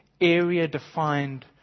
area-defined